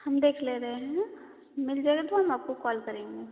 हम देख ले रहे हैं मिल जायेगा तो हम आपको कॉल करेंगे